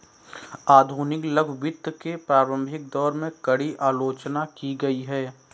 आधुनिक लघु वित्त के प्रारंभिक दौर में, कड़ी आलोचना की गई